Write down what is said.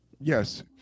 Yes